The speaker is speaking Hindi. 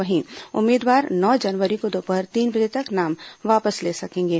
वहीं उम्मीदवार नौ जनवरी को दोपहर तीन बजे तक नाम वापस ले सकेंगे